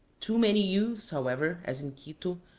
too many youths, however, as in quito,